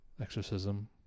exorcism